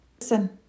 Listen